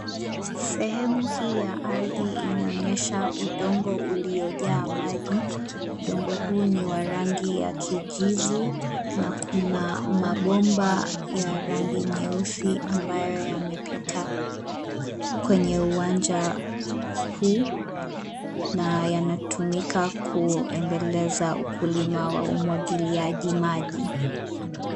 Sehemu hii ya ardhi inaonyesha udongo uliojaa maji. Udongo huu ni wa rangi ya kijivu na kuna mabomba ya rangi nyeusi ambayo yamepita kwenye uwanja huu, na yanatumika kuendeleza ukulima wa umwagiliaji maji.